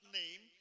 name